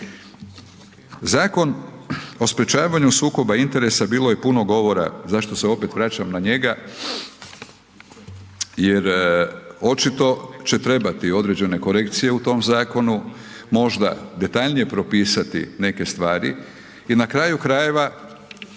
Zakon o sprječavanju sukoba interesa, bilo je puno govora, zašto se opet vraćam na njega, jer očito će trebati određene korekcije u tom zakonu, možda detaljnije propisati neke stvari i na kraju krajeva,